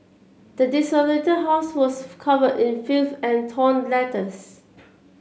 the desolated house was covered in filth and torn letters